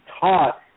taught